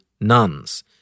nuns